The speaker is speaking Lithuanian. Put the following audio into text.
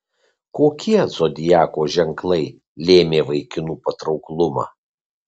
kokie zodiako ženklai lėmė vaikinų patrauklumą